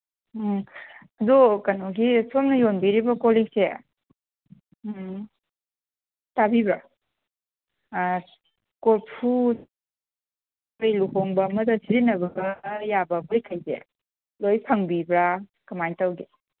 ꯎꯝ ꯑꯗꯨ ꯀꯩꯅꯣꯒꯤ ꯁꯣꯝꯅ ꯌꯣꯟꯕꯤꯔꯤꯕ ꯀꯣꯜꯂꯤꯛꯁꯦ ꯇꯥꯕꯤꯕ꯭ꯔꯥ ꯀꯣꯔꯐꯨ ꯑꯇꯩ ꯂꯨꯍꯣꯡꯕ ꯑꯃꯗ ꯁꯤꯖꯤꯟꯅꯕ ꯌꯥꯕ ꯄꯣꯠꯈꯩꯁꯦ ꯂꯣꯏ ꯐꯪꯕꯤꯕ꯭ꯔꯥ ꯀꯃꯥꯏꯅ ꯇꯧꯒꯦ